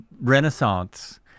renaissance